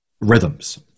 rhythms